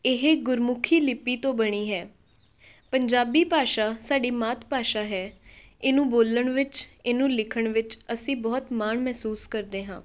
ਇਹ ਗੁਰਮੁਖੀ ਲਿਪੀ ਤੋਂ ਬਣੀ ਹੈ ਪੰਜਾਬੀ ਭਾਸ਼ਾ ਸਾਡੀ ਮਾਤ ਭਾਸ਼ਾ ਹੈ ਇਹਨੂੰ ਬੋਲਣ ਵਿੱਚ ਇਹਨੂੰ ਲਿਖਣ ਵਿੱਚ ਅਸੀਂ ਬਹੁਤ ਮਾਣ ਮਹਿਸੂਸ ਕਰਦੇ ਹਾਂ